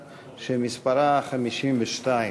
באולם כדי לשאול את סגן שר האוצר חבר הכנסת יצחק